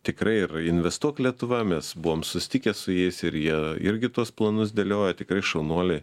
tikrai ir investuok lietuva mes buvom susitikę su jais ir jie irgi tuos planus dėlioja tikrai šaunuoliai